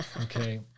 Okay